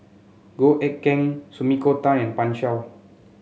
Goh Eck Kheng Sumiko Tan and Pan Shou